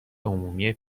عمومی